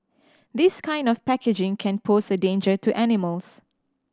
this kind of packaging can pose a danger to animals